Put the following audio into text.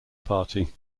party